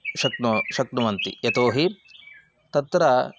शक्नोति शक्नुवन्ति यतो हि तत्र